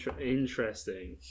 Interesting